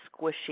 squishy